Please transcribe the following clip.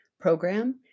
program